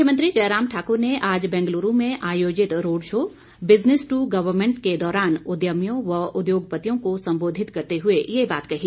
मुख्यमंत्री जयराम ठाकुर ने आज बेंगलुरू में आयोजित road show business to government के दौरान उद्यमियों व उद्योगपतियों को संबोधित करते हुए ये बात कही